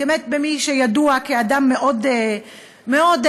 באמת כמי שידוע כאדם מאוד הגון,